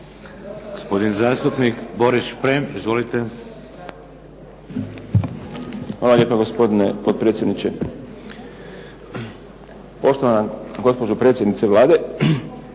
Gospodin zastupnik Boris Šprem. Izvolite. **Šprem, Boris (SDP)** Hvala lijepo gospodine potpredsjedniče. Poštovana gospođo predsjednice Vlade